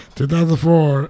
2004